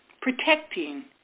protecting